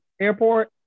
Airport